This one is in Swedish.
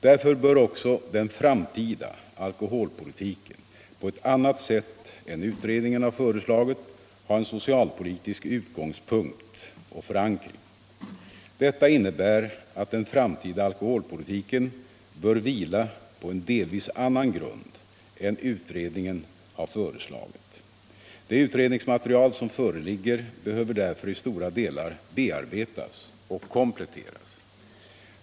Därför bör också den framtida alkoholpolitiken på ett annat sätt än utredningen har föreslagit ha en socialpolitisk utgångspunkt och förankring. Detta innebär att den framtida alkoholpolitiken bör vila på en delvis annan grund än utredningen har föreslagit. Det utredningsmaterial som föreligger behöver därför i stora delar bearbetas och kompletteras.